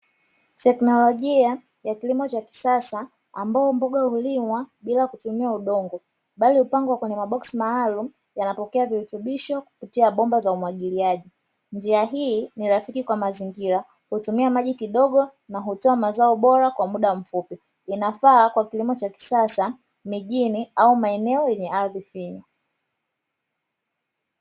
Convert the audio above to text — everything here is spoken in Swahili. Teknolojia ya kilimo cha kisasa, ambapo mboga hulimwa bila kutumia udongo bali hupandwa kwenye maboksi maalum, yanapokea virutubisho kupitia bomba za umwagiliaji. Njia hii ni rafiki kwa mazingira, hutumia maji kidogo na hutoa mazao bora kwa muda mfupi. Inafaa kwa kilimo cha kisasa mijini au maeneo yenye ardhi finyu.